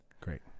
Great